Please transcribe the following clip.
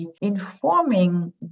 informing